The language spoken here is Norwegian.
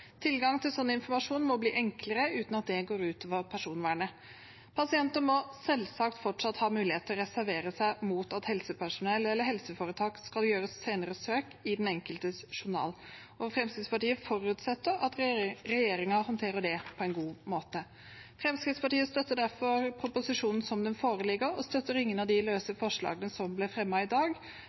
Tilgang til sånn informasjon må bli enklere, uten at det går ut over personvernet. Pasienter må selvsagt fortsatt ha mulighet til å reservere seg mot at helsepersonell eller helseforetak skal gjøre senere søk i den enkeltes journal, og Fremskrittspartiet forutsetter at regjeringen håndterer det på en god måte. Fremskrittspartiet støtter derfor proposisjonen som den foreligger, og støtter ingen av de forslagene som er fremmet i dag.